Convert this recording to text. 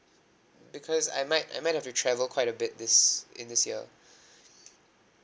because I might I might have to travel quite a bit this in this year